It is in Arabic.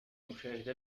أشاهد